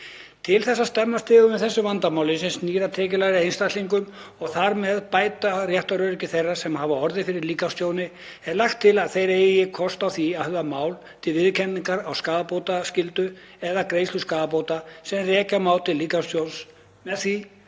Til þess að stemma stigu við þessu vandamáli sem snýr að tekjulægri einstaklingum og þar með bæta réttaröryggi þeirra sem hafa orðið fyrir líkamstjóni er lagt til að þeir eigi kost á því að höfða mál til viðurkenningar á skaðabótaskyldu eða greiðslu skaðabóta sem rekja má til líkamstjóns með því